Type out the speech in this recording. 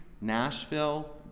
Nashville